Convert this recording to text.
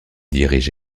dirige